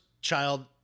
child